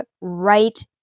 right